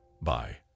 Bye